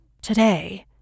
Today